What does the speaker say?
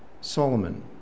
Solomon